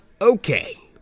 Okay